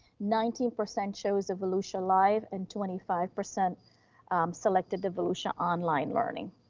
nineteen percent chose the volusia live and twenty five percent selected the volusia online learning.